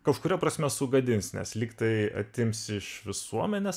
kažkuria prasme sugadins nes lygtai atims iš visuomenės